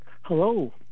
Hello